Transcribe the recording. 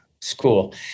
school